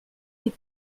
les